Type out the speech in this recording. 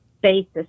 basis